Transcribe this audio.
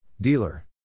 Dealer